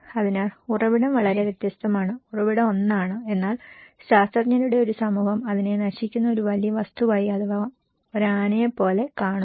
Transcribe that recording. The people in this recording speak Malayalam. അതിനാൽ ഉറവിടം വളരെ വ്യത്യസ്തമാണ് ഉറവിടം ഒന്നാണ് എന്നാൽ ശാസ്ത്രജ്ഞരുടെ ഒരു സമൂഹം അതിനെ നശിക്കുന്ന ഒരു വലിയ വസ്തുവായി അഥവാ ഒരാനയെ പോലെ കാണുന്നു